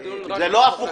--- סליחה.